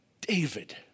David